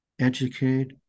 educate